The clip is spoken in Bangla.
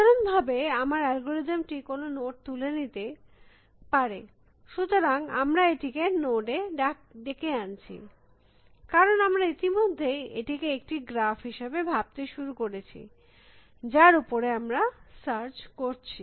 সাধারণ ভাবে আমার অ্যালগরিদম টি কোনো নোট তুলে নিতে সুতরাং আমরা এটিকে নোট এ ডেকে আনছি কারণ আমরা ইতিমধ্যেই এটিকে একটি গ্রাফ হিসাবে ভাবতে শুরু করেছি যার উপরে আমরা সার্চ করছি